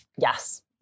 Yes